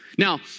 Now